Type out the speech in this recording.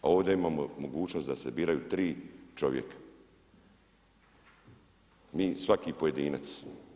A ovdje imamo mogućnost da se biraju 3 čovjeka, mi, svaki pojedinac.